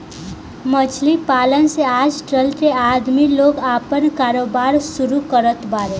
मछली पालन से आजकल के आदमी लोग आपन कारोबार शुरू करत बाड़े